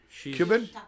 Cuban